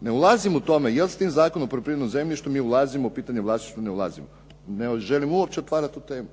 Ne ulazim u tome je li s tim Zakonom o poljoprivrednom zemljištu mi ulazimo u pitanje vlasništva ili ne ulazimo. Ne želim uopće otvarati tu temu,